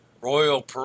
Royal